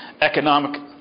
economic